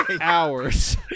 hours